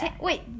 Wait